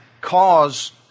cause